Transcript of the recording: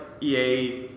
EA